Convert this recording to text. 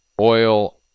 oil